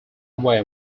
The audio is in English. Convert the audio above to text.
away